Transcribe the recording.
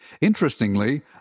Interestingly